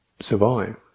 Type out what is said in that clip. survive